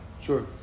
Sure